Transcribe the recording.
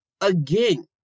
again